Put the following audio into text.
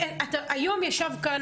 היום ישב כאן,